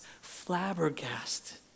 flabbergasted